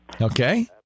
Okay